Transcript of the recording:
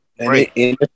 Right